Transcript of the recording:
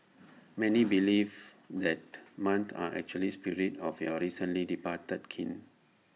many believe that moths are actually spirits of your recently departed kin